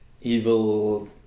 evil